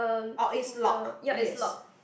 orh it's lock yes